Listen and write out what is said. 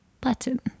Button